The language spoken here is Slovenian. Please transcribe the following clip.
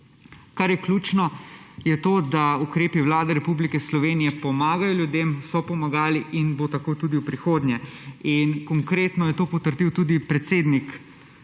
Kar je ključno, je to, da ukrepi Vlade Republike Slovenije pomagajo ljudem, so pomagali in bo tako tudi v prihodnje. In konkretno je to potrdil tudi predsednik